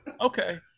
Okay